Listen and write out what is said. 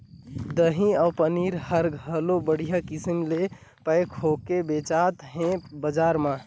दही अउ पनीर हर घलो बड़िहा किसम ले पैक होयके बेचात हे बजार म